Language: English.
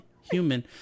human